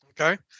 Okay